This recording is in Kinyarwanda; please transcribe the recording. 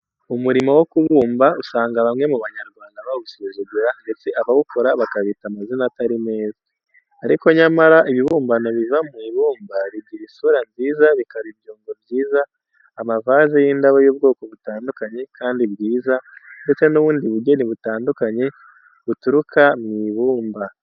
Umurimo wo kubumba usanga bamwe mu Banyarwanda bawusuzugura ndetse abawukora bakabita amazina atari meza. Ariko nyamara ibibumbano biva mu ibumba bigira isura nziza, bikaba ibyungo byiza, amavaze y’indabo y’ubwoko butandukanye kandi bwiza ndetse n’ubundi bugeni butandukanye buturuka mu ibumba.